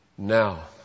Now